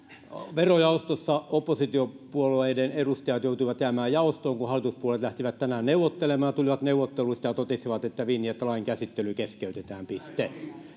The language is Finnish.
verojaostossa oppositiopuolueiden edustajat joutuivat jäämään jaostoon kun hallituspuolueet lähtivät tänään neuvottelemaan ja tulivat neuvotteluista ja totesivat että vinjet lain käsittely keskeytetään piste